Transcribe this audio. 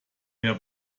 mehr